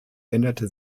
änderte